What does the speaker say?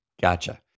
Gotcha